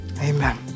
Amen